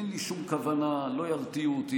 אין לי שום כוונה, לא ירתיעו אותי.